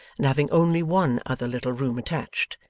and having only one other little room attached.